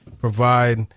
provide